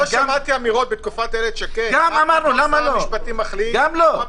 פתאום שר המשפטים מחליט.